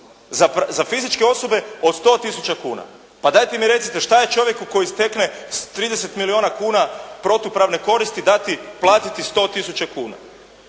za fizičke osobe od 100 tisuća kuna. Pa dajte mi recite, što je čovjeku koji stekne 30 milijuna kuna protupravne koristi, platiti 100 tisuća